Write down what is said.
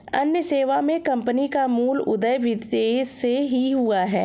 अन्य सेवा मे कम्पनी का मूल उदय विदेश से ही हुआ है